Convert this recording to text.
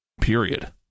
Period